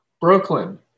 Brooklyn